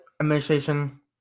administration